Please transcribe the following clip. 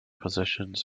positions